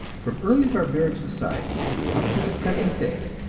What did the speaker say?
from early barbaric society up to the present day,